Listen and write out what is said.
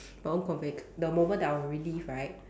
my own convoc~ the moment that I will relive right